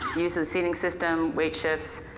use of seating system, weight shifts,